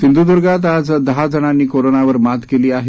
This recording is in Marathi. सिंधुद्र्गात आज दहा जणांनी कोरोनावर मात केली आहे